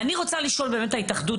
אני רוצה לשאול את ההתאחדות,